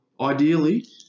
ideally